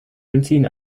benzin